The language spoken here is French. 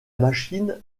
machine